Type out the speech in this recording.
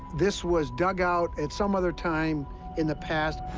this was dug out at some other time in the past.